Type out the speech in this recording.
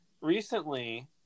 Recently